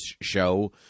show